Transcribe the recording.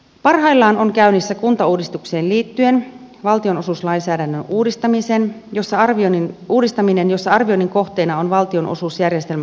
parhaillaan on käynnissä kuntauudistukseen liittyen valtionosuuslainsäädännön uudistaminen jossa arvioinnin kohteena on valtionosuusjärjestelmä kokonaisuudessaan